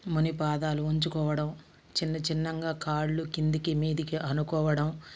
ముని పాదాలు వంచుకోవడం చిన్నచిన్నంగా కాళ్ళు కిందకి మీదికి అనుకోవడం